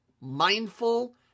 mindful